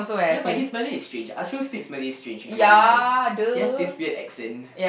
ya but his Malay is strange Asrul speaks Malay strange if you realised he has this weird accent